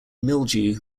mildew